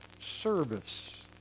service